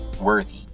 worthy